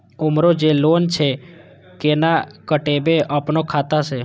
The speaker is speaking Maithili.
हमरो जे लोन छे केना कटेबे अपनो खाता से?